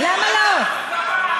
נורא